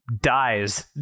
dies